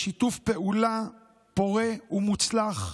יש שיתוף פעולה פורה ומוצלח.